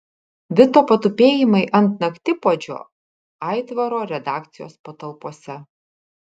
vito patupėjimai ant naktipuodžio aitvaro redakcijos patalpose